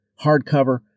hardcover